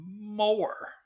more